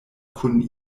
kun